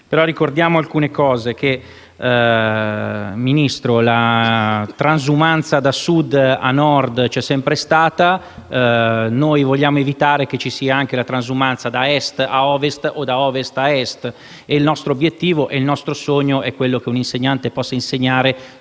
Ma ricordiamo alcune cose. Signor Ministro, la transumanza da Sud a Nord c'è sempre stata, noi vogliamo evitare che ci sia anche la transumanza da Est a Ovest o da Ovest a Est. Il nostro obiettivo e il nostro sogno è che un insegnante possa insegnare